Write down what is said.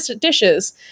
dishes